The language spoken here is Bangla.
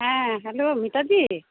হ্যাঁ হ্যালো মিতাদি